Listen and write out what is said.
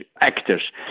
actors